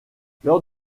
lors